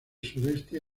sudeste